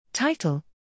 Title